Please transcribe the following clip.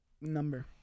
Number